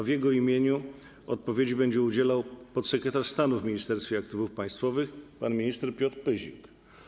W jego imieniu odpowiedzi będzie udzielał podsekretarz stanu w Ministerstwie Aktywów Państwowych pan minister Piotr Pyzik.